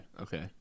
Okay